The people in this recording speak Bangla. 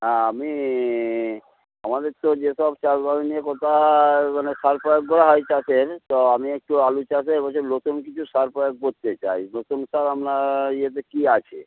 হ্যাঁ আমি আমাদের তো যে সব চাষবাস নিয়ে কথা হয় মানে সার প্রয়োগ করা হয় চাষের তো আমি একটু আলু চাষে এবছর নতুন কিছু সার প্রয়োগ করতে চাই নতুন সার আপনার ইয়েতে কী আছে